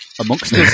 amongst